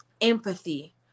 empathy